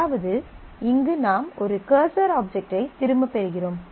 அதாவது இங்கு நாம் ஒரு கர்சர் ஆப்ஜெக்ட் ஐ திரும்பப் பெறுகிறோம்